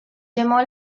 جمع